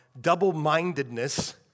double-mindedness